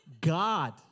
God